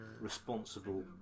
responsible